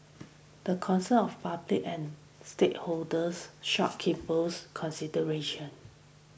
the concerns of public and stakeholders shopkeepers consideration